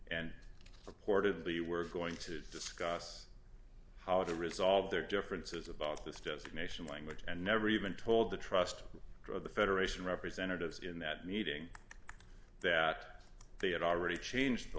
reportedly were going to discuss how to resolve their differences about this designation language and never even told the trust of the federation representatives in that meeting that they had already changed the